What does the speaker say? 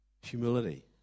Humility